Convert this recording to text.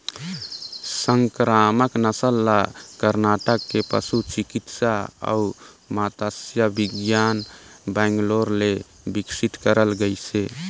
संकरामक नसल ल करनाटक के पसु चिकित्सा अउ मत्स्य बिग्यान बैंगलोर ले बिकसित करल गइसे